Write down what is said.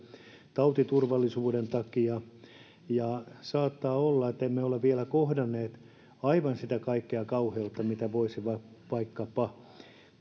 tautiturvallisuuden takia saattaa olla että emme ole vielä kohdanneet aivan sitä kaikkea kauheutta mitä voisi vaikkapa